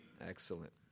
Excellent